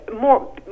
more